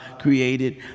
created